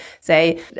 say